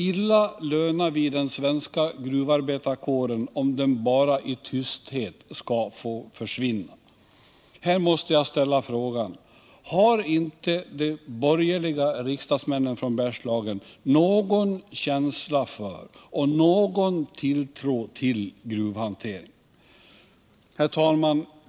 Illa lönar vi den svenska gruvarbetarkåren, om den bara i tysthet skall få försvinna. Här måste jag ställa frågan: Har inte de borgerliga riksdagsmännen från Bergslagen någon känsla för och någon tilltro till gruvhanteringen? Herr talman!